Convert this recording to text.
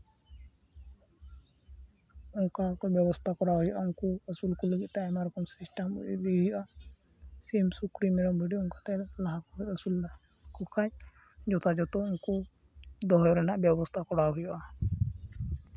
ᱚᱱᱠᱟ ᱚᱱᱠᱟ ᱵᱮᱵᱚᱥᱛᱟ ᱠᱚᱨᱟᱣ ᱦᱩᱭᱩᱜᱼᱟ ᱩᱱᱠᱩ ᱟᱹᱥᱩᱞ ᱠᱚ ᱞᱟᱹᱜᱤᱫ ᱛᱮ ᱟᱭᱢᱟ ᱨᱚᱠᱚᱢ ᱥᱤᱥᱴᱮᱢ ᱤᱫᱤᱭ ᱦᱩᱭᱩᱜᱼᱟ ᱥᱤᱢ ᱥᱩᱠᱨᱤ ᱢᱮᱨᱚᱢ ᱵᱷᱤᱰᱤ ᱚᱱᱠᱟ ᱛᱮ ᱞᱟᱦᱟ ᱠᱚ ᱦᱩᱭᱩᱜᱼᱟ ᱟᱹᱥᱩᱞ ᱫᱚ ᱟᱹᱥᱩᱞ ᱞᱮᱠᱚ ᱠᱷᱟᱡ ᱡᱚᱛᱷᱟ ᱡᱚᱛᱚ ᱩᱱᱠᱩ ᱫᱚᱦᱚ ᱨᱮᱱᱟᱜ ᱵᱮᱵᱚᱥᱛᱟ ᱠᱚᱨᱟᱣ ᱦᱩᱭᱩᱜᱼᱟ